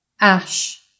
ash